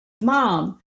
mom